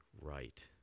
right